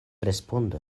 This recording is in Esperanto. respondo